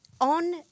on